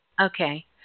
Okay